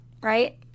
right